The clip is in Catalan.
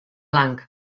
blanc